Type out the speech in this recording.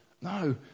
No